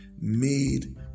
made